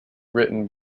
written